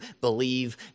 believe